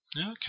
okay